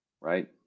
right